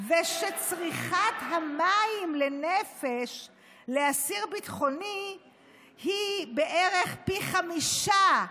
ושצריכת המים לנפש לאסיר ביטחוני היא בערך פי חמישה,